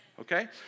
okay